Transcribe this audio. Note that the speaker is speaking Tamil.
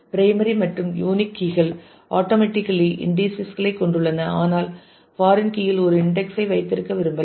பிரைமரி மற்றும் யூனிக் கீ கள் ஆட்டோமேட்டிக்கலி இன்டீஸஸ் களைக் கொண்டுள்ளன ஆனால் ஃபாரின் கீ இல் ஒரு இன்டெக்ஸ் ஐ வைத்திருக்க விரும்பலாம்